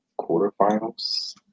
quarterfinals